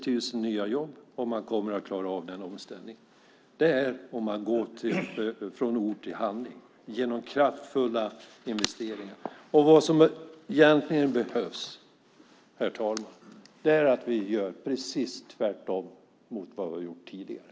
Om vi klarar av den omställningen innebär det 60 000 nya jobb. Det gäller att genom kraftfulla investeringar gå från ord till handling. Det som egentligen behövs, herr talman, är att vi gör precis tvärtemot vad vi har gjort tidigare.